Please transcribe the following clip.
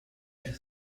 ibi